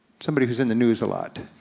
somebody who's in the news a lot.